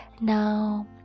Now